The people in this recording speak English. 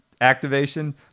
activation